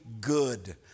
good